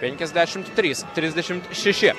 penkiasdešimt trys trisdešimt šeši